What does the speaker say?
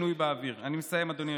ועל ייצוג פחות הולם ממה שמציעים לנו היום,